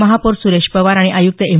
महापौर सुरेश पवार आणि आयुक्त एम